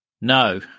No